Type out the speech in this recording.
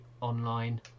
online